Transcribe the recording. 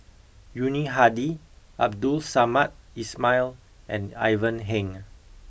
Yuni Hadi Abdul Samad Ismail and Ivan Heng